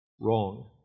wrong